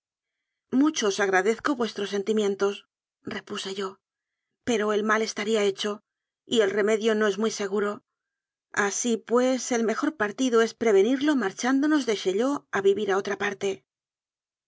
os agradezco vuestros sentimientosrepuse yo pero el mal estaría hecho y el remedio no es muy seguro así pues el mejor partido es prevenirlo marchándonos de chaillot a vivir a otra parte